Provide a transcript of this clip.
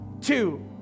two